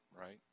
right